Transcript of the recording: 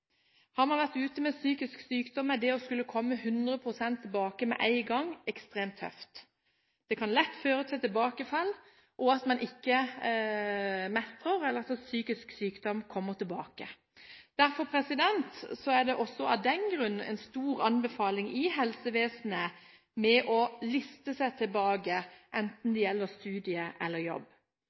Har man vært ute på grunn av psykisk sykdom, er det å skulle komme 100 pst. tilbake med en gang ekstremt tøft. Det kan lett føre til tilbakefall og til at man ikke mestrer, slik at psykisk sykdom kommer tilbake. Derfor er det også av den grunn en sterk anbefaling fra helsevesenet å liste seg tilbake, enten det gjelder studier eller jobb.